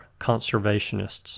conservationists